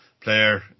player